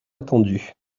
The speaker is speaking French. attendue